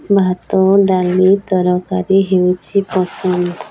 ଭାତ ଡାଲି ତରକାରୀ ହେଉଛି ପସନ୍ଦ